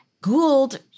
Gould